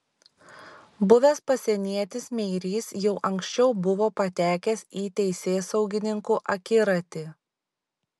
buvęs pasienietis meirys jau anksčiau buvo patekęs į teisėsaugininkų akiratį